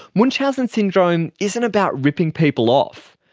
munchausen syndrome isn't about ripping people off,